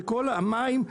זה המים.